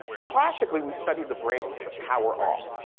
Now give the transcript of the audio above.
classically we've studied the brain with the power off.